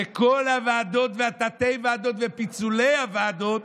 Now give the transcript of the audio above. שכל הוועדות ותתי-הוועדות ופיצולי הוועדות